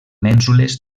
mènsules